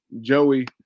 Joey